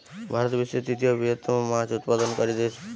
ভারত বিশ্বের তৃতীয় বৃহত্তম মাছ উৎপাদনকারী দেশ